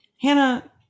hannah